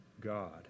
God